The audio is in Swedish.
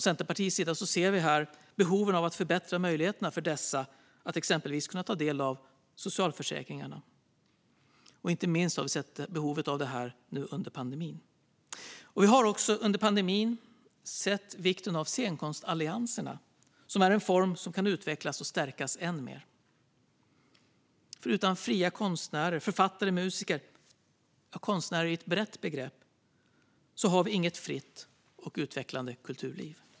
Centerpartiet ser behovet att förbättra möjligheterna för dessa att exempelvis ta del av socialförsäkringarna. Inte minst har vi sett behovet av detta under pandemin. Vi har också under pandemin sett vikten av scenkonstallianserna, som är en form som kan utvecklas och stärkas än mer. Utan fria konstnärer, författare, musiker - ja konstnärer i ett brett begrepp - har vi inget fritt och utvecklande kulturliv.